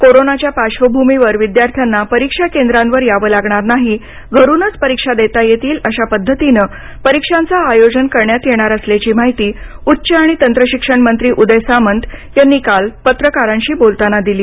कोरोनाच्या पार्श्वभूमीवर विद्यार्थ्यांना परिक्षा केंद्रांवर यावं लागणार नाही घरूनच परिक्षा देता येईल अशा पद्धतीनं परीक्षांच आयोजन करण्यात येणार असल्याची माहिती उच्च आणि तंत्रशिक्षण मंत्री उदय सामंत यांनी काल पत्रकारांशी बोलताना दिली